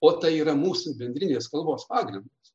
o tai yra mūsų bendrinės kalbos pagrindas